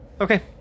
Okay